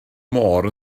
môr